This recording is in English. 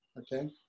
okay